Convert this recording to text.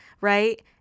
right